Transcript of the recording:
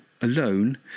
alone